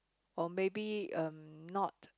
or maybe um not